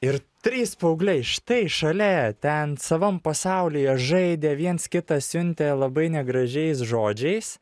ir trys paaugliai štai šalia ten savam pasaulyje žaidė viens kitą siuntė labai negražiais žodžiais